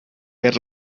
per